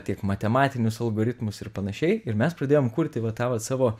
tiek matematinius algoritmus ir panašiai ir mes pradėjom kurti va tą vat savo